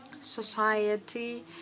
society